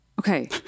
Okay